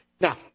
Now